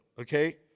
Okay